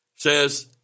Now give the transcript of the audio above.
Says